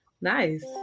Nice